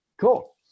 Cool